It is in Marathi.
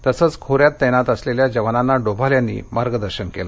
तसंच खोऱ्यात तैनात असलेल्या जवानांना डोभाल यांनी मार्गदर्शन केलं